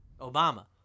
Obama